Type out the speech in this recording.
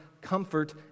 comfort